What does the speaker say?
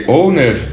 owner